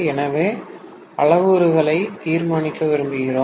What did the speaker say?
எனவே அளவுருக்களை தீர்மானிக்க விரும்புகிறோம்